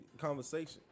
conversation